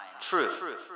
true